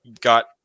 got